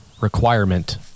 requirement